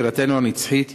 בירתנו הנצחית,